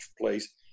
place